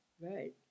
Right